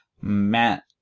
Matt